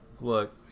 Look